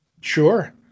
Sure